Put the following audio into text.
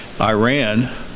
Iran